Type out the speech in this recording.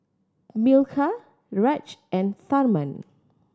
Milkha Raj and Tharman